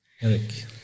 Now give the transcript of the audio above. Eric